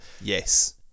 Yes